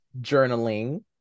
Journaling